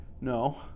No